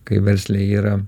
kai versle yra